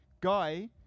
guy